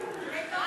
אין נמנעים.